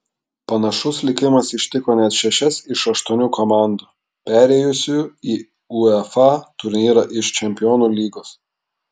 panašus likimas ištiko net šešias iš aštuonių komandų perėjusių į uefa turnyrą iš čempionų lygos